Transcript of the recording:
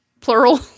plural